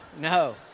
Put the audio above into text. No